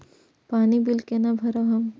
पानी बील केना भरब हम?